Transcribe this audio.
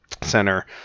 center